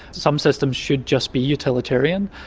some systems should just be utilitarian.